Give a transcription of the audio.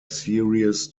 series